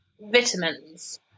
Vitamins